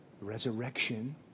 resurrection